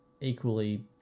equally